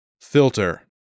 filter